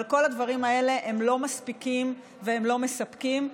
אבל כל הדברים האלה לא מספיקים וגם לא מספקים.